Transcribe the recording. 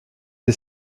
his